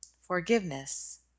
forgiveness